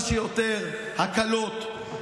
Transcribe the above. גם העניין של כמה שיותר הקלות,